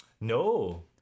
No